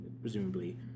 presumably